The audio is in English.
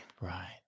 Right